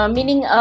Meaning